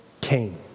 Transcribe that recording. came